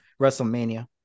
WrestleMania